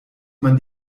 man